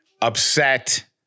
upset